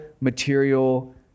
material